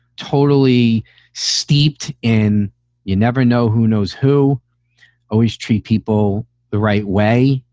totally steeped in you never know who knows who always treat people the right way,